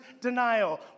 denial